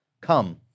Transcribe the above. come